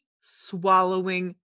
swallowing